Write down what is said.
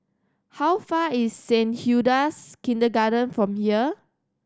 how far is Saint Hilda's Kindergarten from here